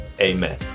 amen